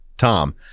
Tom